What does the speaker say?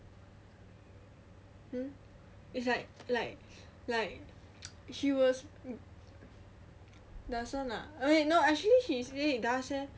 hmm it's like like like she was doesn't ah no actually she say it does eh